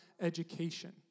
education